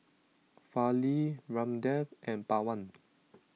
Fali Ramdev and Pawan